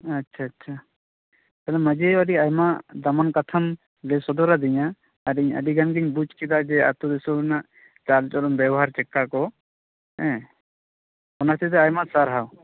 ᱟᱪᱪᱷᱟ ᱟᱪᱪᱷᱟ ᱛᱚᱵᱮ ᱢᱟᱺᱡᱷᱤ ᱟᱭᱳ ᱟ ᱰᱤ ᱟᱭᱢᱟ ᱫᱟᱢᱟᱱ ᱠᱟᱛᱷᱟᱢ ᱞᱟᱹᱭ ᱥᱚᱫᱚᱨᱟᱫᱤᱧᱟ ᱟᱫᱚᱧ ᱟᱰᱤᱜᱟᱱ ᱜᱮᱧ ᱵᱩᱡ ᱠᱮᱫᱟ ᱡᱮ ᱟᱛᱳ ᱫᱤᱥᱚᱢ ᱨᱮᱱᱟᱜ ᱪᱟᱞᱼᱪᱚᱞᱚᱱ ᱵᱮᱵᱚᱦᱟᱨ ᱪᱮᱫᱠᱟᱠᱚ ᱦᱮᱸ ᱚᱱᱟ ᱦᱚᱛᱮᱡᱽᱛᱮ ᱟᱭᱢᱟ ᱥᱟᱨᱦᱟᱣ